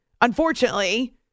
Unfortunately